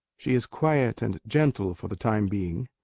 she is quiet and gentle for the time being.